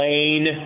Lane